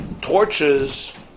Torches